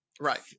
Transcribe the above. Right